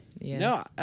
No